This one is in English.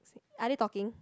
are they talking